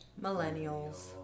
Millennials